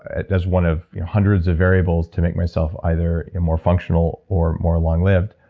as one of hundreds of variables, to make myself either more functional or more long-lived.